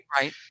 Right